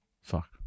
Fuck